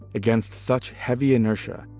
against such heavy inertia,